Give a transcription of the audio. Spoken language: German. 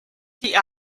die